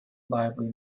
lively